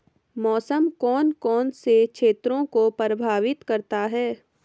मौसम कौन कौन से क्षेत्रों को प्रभावित करता है?